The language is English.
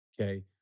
Okay